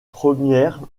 première